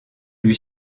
lui